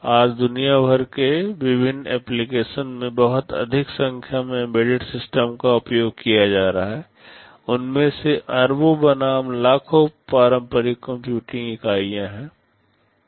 आज दुनिया भर में विभिन्न एप्लीकेशन में बहुत अधिक संख्या में एम्बेडेड सिस्टम का उपयोग किया जा रहा है उनमें से अरबों बनाम लाखों पारंपरिक कंप्यूटिंग इकाइयां हैं